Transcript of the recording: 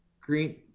Green